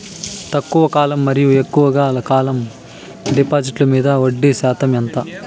తక్కువ కాలం మరియు ఎక్కువగా కాలం డిపాజిట్లు మీద వడ్డీ శాతం ఎంత?